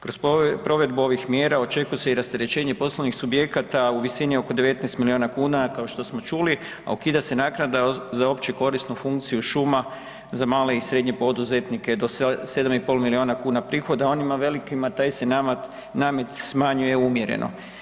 Kroz provedbu ovih mjera očekuje se i rasterećenje poslovnih subjekata u visini oko 19 milijuna kuna kao što smo čuli, a ukida se naknada za opće korisnu funkciju šuma za male i srednje poduzetnike do 7,5 milijuna kuna prihoda, onima velikima taj se namet smanjuje umjereno.